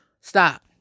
stop